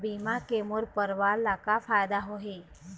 बीमा के मोर परवार ला का फायदा होही?